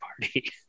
party